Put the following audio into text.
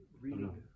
reading